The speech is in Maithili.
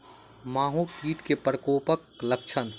माहो कीट केँ प्रकोपक लक्षण?